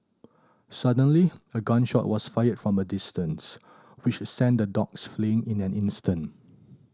suddenly a gun shot was fired from a distance which sent the dogs fleeing in an instant